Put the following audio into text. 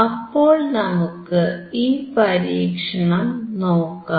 അപ്പോൾ നമുക്ക് ഈ പരീക്ഷണം നോക്കാം